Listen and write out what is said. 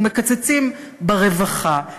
מקצצים ברווחה,